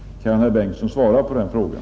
Kan herr Bengtsson i Landskrona svara på den frågan?